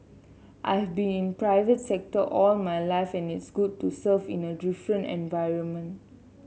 I've been in private sector all my life and it's good to serve in a different environment